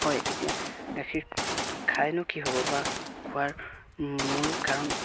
হয় তেতিয়া গাখীৰ খাইনো কি হ'ব বা খোৱাৰ মূল কাৰণ